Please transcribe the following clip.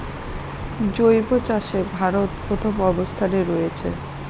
জৈব চাষে ভারত প্রথম অবস্থানে রয়েছে